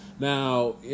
Now